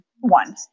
One